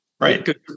Right